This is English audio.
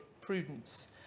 prudence